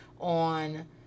on